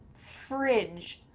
fridge,